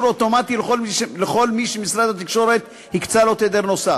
אוטומטי לכל מי שמשרד התקשורת הקצה לו תדר נוסף.